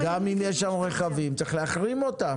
אבל גם אם יש שם רכבים, צריך להחרים אותם.